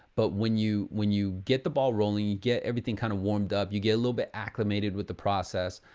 but when you when you get the ball rolling, you get everything kind of warmed up, you get a little bit acclimated with the process.